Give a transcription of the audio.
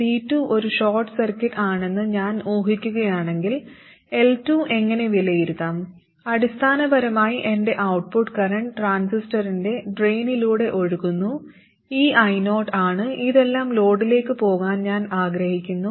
C2 ഒരു short circuit ആണെന്ന് ഞാൻ ഊഹിക്കുകയാണെങ്കിൽ L2 എങ്ങനെ വിലയിരുത്താം അടിസ്ഥാനപരമായി എന്റെ ഔട്ട്പുട്ട് കറന്റ് ട്രാൻസിസ്റ്ററിന്റെ ഡ്രെയിനിലൂടെ ഒഴുകുന്ന ഈ io ആണ് ഇതെല്ലാം ലോഡിലേക്ക് പോകാൻ ഞാൻ ആഗ്രഹിക്കുന്നു